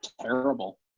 terrible